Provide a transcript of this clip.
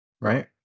right